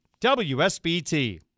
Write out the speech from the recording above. wsbt